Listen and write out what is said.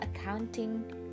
Accounting